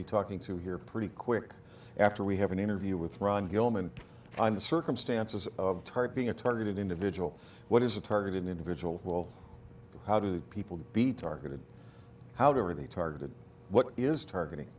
be talking to here pretty quick after we have an interview with ron gilman and the circumstances of tar being a targeted individual what is a targeted individual will how do people be targeted how to really targeted what is targeting